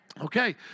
Okay